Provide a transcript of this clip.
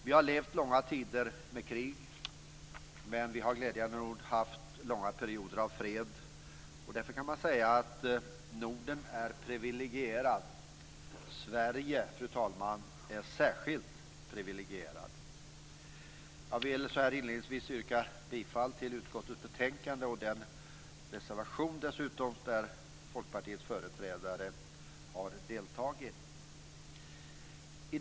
Vi har levt långa tider med krig, men vi har glädjande nog också haft långa perioder av fred. Därför kan man säga att Norden är privilegierad. Sverige är särskilt privilegierat. Jag vill så här inledningsvis yrka bifall till utskottets hemställan, förutom under mom. 11 där jag yrkar bifall till den reservation som Folkpartiets företrädare har deltagit i.